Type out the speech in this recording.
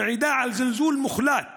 המעידה על זלזול מוחלט